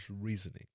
reasoning